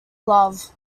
love